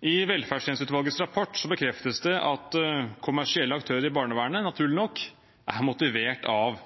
I velferdstjenesteutvalgets rapport bekreftes det at kommersielle aktører i barnevernet, naturlig nok, er motivert av